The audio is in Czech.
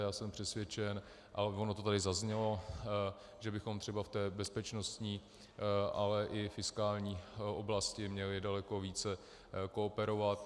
Já jsem přesvědčen, a ono to tady zaznělo, že bychom třeba v té bezpečností, ale i fiskální oblasti měli daleko více kooperovat.